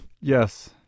Yes